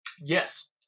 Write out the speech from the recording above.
yes